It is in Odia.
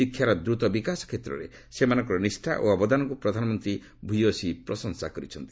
ଶିକ୍ଷାର ଦ୍ରତ ବିକାଶ କ୍ଷେତ୍ରରେ ସେମାନଙ୍କର ନିଷ୍ଠା ଓ ଅବଦାନକ୍ ପ୍ରଧାନମନ୍ତ୍ରୀ ଭ୍ରୟସୀ ପ୍ରଶଂସା କରିଛନ୍ତି